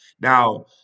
Now